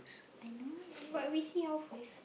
I know but we see how first